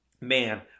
man